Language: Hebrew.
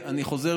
אני חוזר,